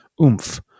oomph